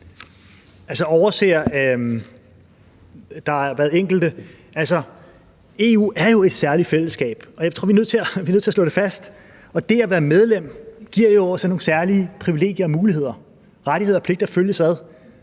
EU er jo et særligt fællesskab, og jeg tror, at vi er nødt til at slå det fast. Og det at være medlem giver jo så nogle særlige privilegier og muligheder. Rettigheder og pligter følges ad.